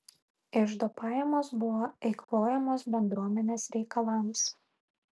iždo pajamos buvo eikvojamos bendruomenės reikalams